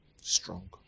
Strong